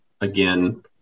again